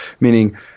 Meaning